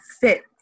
fit